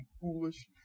foolish